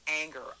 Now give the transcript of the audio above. anger